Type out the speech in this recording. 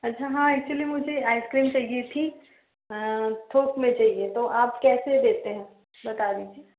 अच्छा हाँ एक्चुअली मुझे आइस क्रीम चाहिए थी थोक में चाहिए तो आप कैसे देते हैं बता दीजिए